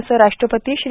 असं राष्ट्रपती श्री